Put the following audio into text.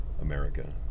America